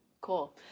Cool